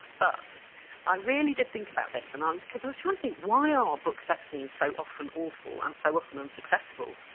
but i really did think about this, and um because i was trying to think why are books sex scenes so often awful and so often unsuccessful?